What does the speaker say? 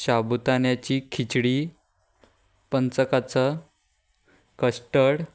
शाबुदान्याची खिचडी पंचकाच कस्टड